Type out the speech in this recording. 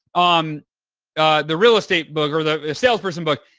um the real estate book or the salesperson book,